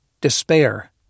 despair